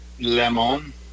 Lemon